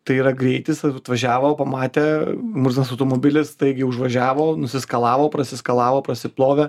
tai yra greitis atvažiavo pamatė murzinas automobilis staigiai užvažiavo nusiskalavo prasiskalavo prasiplovė